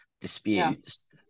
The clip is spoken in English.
disputes